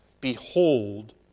behold